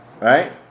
right